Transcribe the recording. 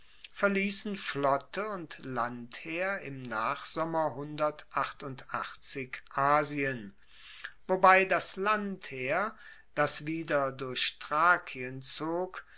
verliessen flotte und landheer im nachsommer asien wobei das landheer das wieder durch thrakien zog